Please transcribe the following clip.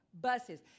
Buses